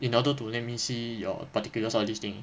in order to let me see your particulars all this thing